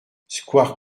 square